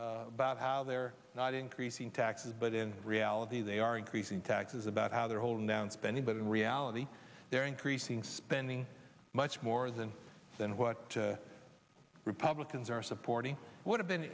ways about how they're not increasing taxes but in reality they are increasing taxes about how they're holding down spending but in reality they're increasing spending much more than than what republicans are supporting would have been